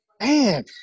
Man